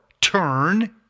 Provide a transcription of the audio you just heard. turn